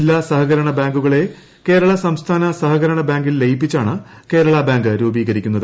ജില്ലാ സഹകരണ ബ്ലിങ്കുകളെ കേരള സംസ്ഥാന സഹകരണ ബാങ്കിൽ ലയിപ്പിച്ചാണ് കേരള ക്ക് രൂപീകരിക്കുന്നത്